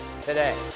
today